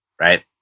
right